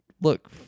look